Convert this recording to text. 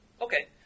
Okay